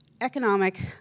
economic